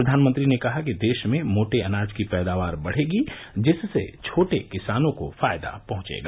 प्रधानमंत्री ने कहा कि देश में मोटे अनाज की पैदावार बढ़ेगी जिससे छोटे किसानों को फायदा पहुंचेगा